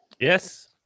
Yes